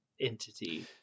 entity